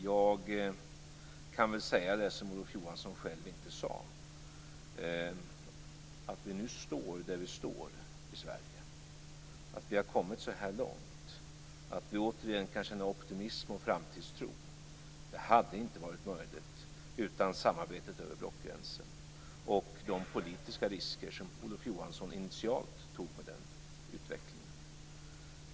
Jag kan väl säga det som Olof Johansson själv inte sade: Att vi nu står där vi står i Sverige, att vi har kommit så här långt, att vi återigen kan känna optimism och framtidstro hade inte varit möjligt utan samarbetet över blockgränsen och de politiska risker som Olof Johansson initialt tog med den utvecklingen.